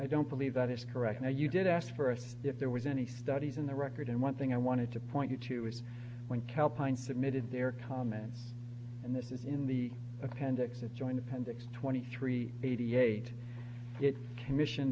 i don't believe that is correct now you did ask for us if there was any studies in the record and one thing i wanted to point you to is when calpine submitted their comments and this is in the appendix of joined appendix twenty three eighty eight it commission